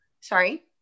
Sorry